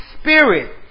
Spirit